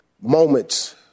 moments